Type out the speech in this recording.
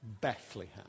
Bethlehem